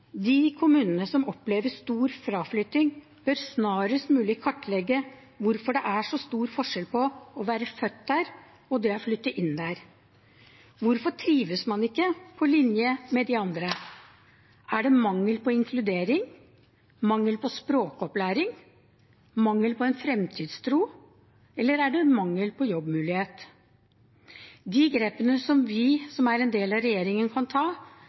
De kommunene som opplever stor fraflytting, bør snarest mulig kartlegge hvorfor det er så stor forskjell på å være født der og å flytte dit. Hvorfor trives man ikke, på linje med de andre? Er det mangel på inkludering, mangel på språkopplæring, mangel på fremtidstro, eller er det mangel på en jobbmulighet? De grepene vi som er en del av regjeringen, kan ta,